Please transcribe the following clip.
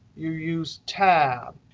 you use tab.